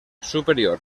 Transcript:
superior